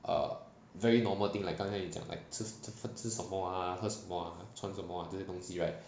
err very normal thing like 吃吃什么啦喝什么啦穿什么这些东西 right